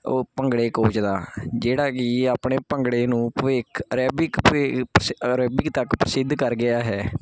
ਉਹ ਭੰਗੜੇ ਕੋਚ ਦਾ ਜਿਹੜਾ ਕਿ ਆਪਣੇ ਭੰਗੜੇ ਨੂੰ ਭਵਿੱਖ ਅਰੈਬਿਕ ਭੀ ਅਰਾਬਿਕ ਤੱਕ ਪ੍ਰਸਿੱਧ ਕਰ ਗਿਆ ਹੈ